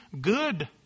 good